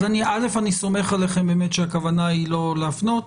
אני סומך עליכם באמת שהכוונה היא לא להפנות.